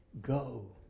go